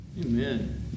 Amen